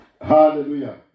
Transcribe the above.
Hallelujah